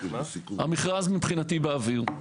המכרז מבחינתי באוויר.